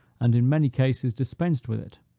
and in many cases dispensed with it